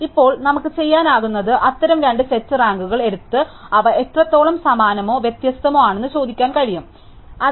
അതിനാൽ ഇപ്പോൾ നമുക്ക് ചെയ്യാനാകുന്നത് അത്തരം രണ്ട് സെറ്റ് റാങ്കിംഗുകൾ എടുത്ത് അവ എത്രത്തോളം സമാനമോ വ്യത്യസ്തമോ ആണെന്ന് ചോദിക്കാൻ കഴിയും എന്നതാണ്